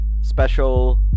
special